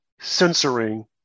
censoring